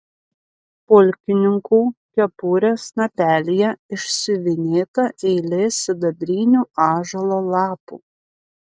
pulkininkų kepurės snapelyje išsiuvinėta eilė sidabrinių ąžuolo lapų